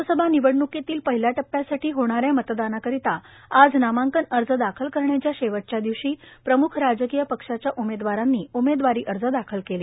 लोकसभा निवडण्कीतील पहिल्या टप्प्यासाठी होणाऱ्या मतदानाकरीता आज नामांकन अर्ज दाखल करण्याच्या शेवटच्या दिवशी प्रम्ख राजकीय पक्षाच्या उमेदवारांनी उमेदवारी अर्ज दाखल केले